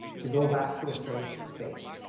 to go back to a safe space,